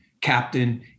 captain